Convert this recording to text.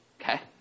okay